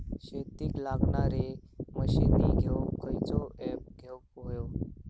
शेतीक लागणारे मशीनी घेवक खयचो ऍप घेवक होयो?